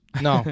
No